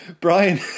Brian